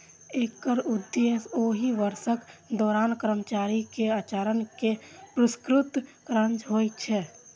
एकर उद्देश्य ओहि वर्षक दौरान कर्मचारी के आचरण कें पुरस्कृत करना होइ छै